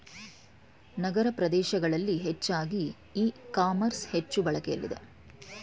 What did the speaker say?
ನಗರ ಪ್ರದೇಶಗಳಲ್ಲಿ ಹೆಚ್ಚಾಗಿ e commerce ಹೆಚ್ಚು ಬಳಕೆಲಿದೆ